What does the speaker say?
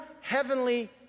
heavenly